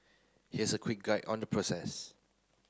here's a quick guide on the process